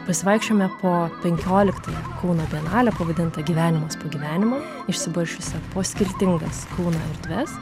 pasivaikščiojome po penkioliktąją kauno bienalę pavadintą gyvenimas po gyvenimo išsibarsčiusią po skirtingas kauno erdves